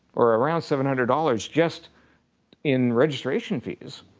or around seven hundred dollars just in registration fees.